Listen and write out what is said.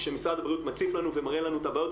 כאשר משרד הבריאות מציף לנו ומראה לנו את הבעיות,